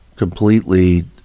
Completely